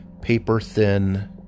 paper-thin